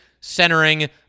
centering